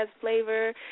flavor